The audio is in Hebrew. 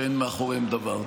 שאין מאחוריהם דבר.